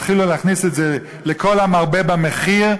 התחילו להריץ מכרזים לכל המרבה במחיר,